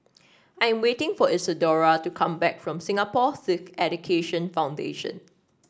I am waiting for Isadora to come back from Singapore Sikh Education Foundation